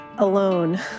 Alone